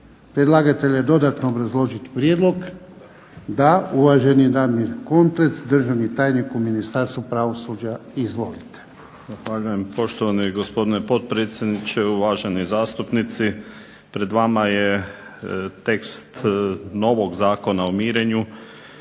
predlagatelja dodatno obrazložiti prijedlog? Da. Uvaženi Damir Kontrec, državni tajnik u Ministarstvu pravosuđa. Izvolite. **Kontrec, Damir** Zahvaljujem, poštovani gospodine potpredsjedniče. Uvaženi zastupnici. Pred vama je tekst novog Zakona o mirenju